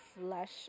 flesh